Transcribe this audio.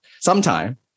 sometime